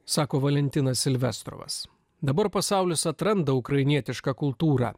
sako valentinas silvestras dabar pasaulis atranda ukrainietišką kultūrą